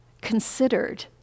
considered